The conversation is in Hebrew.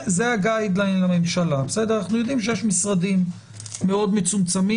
יש משרדים מאוד מצומצמים,